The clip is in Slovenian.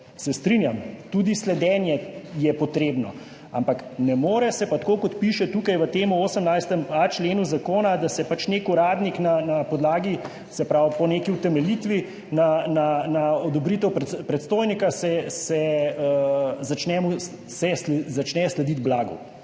se strinjam, tudi sledenje je potrebno, ampak ne more se pa tako, kot piše tukaj v tem 18.a členu zakona, da pač nek uradnik na podlagi oziroma po neki utemeljitvi na odobritev predstojnika začne slediti blagu.